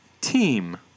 Team